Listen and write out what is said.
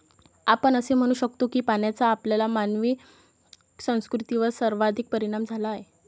आपण असे म्हणू शकतो की पाण्याचा आपल्या मानवी संस्कृतीवर सर्वाधिक परिणाम झाला आहे